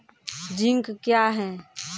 Zinc क्या हैं?